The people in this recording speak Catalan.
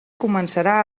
començarà